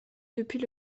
depuis